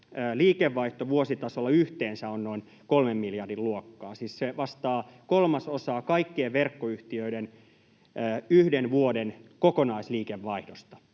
liikevaihto vuositasolla on yhteensä noin 3 miljardin luokkaa, siis se vastaa kolmasosaa kaikkien verkkoyhtiöiden 1 vuoden kokonaisliikevaihdosta.